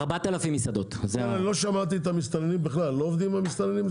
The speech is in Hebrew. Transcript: לא שמעתי את המסתננים בכלל, המסתננים לא עובדים?